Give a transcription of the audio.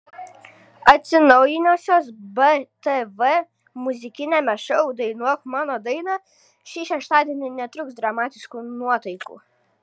atsinaujinusios btv muzikiniame šou dainuok mano dainą šį šeštadienį netrūks dramatiškų nuotaikų